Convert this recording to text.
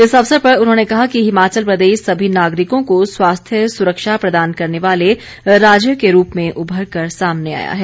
इस अवसर पर उन्होंने कहा कि हिमाचल प्रदेश सभी नागरिकों को स्वास्थ्य सुरक्षा प्रदान करने वाले राज्य के रूप में उभर कर सामने आया है